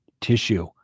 tissue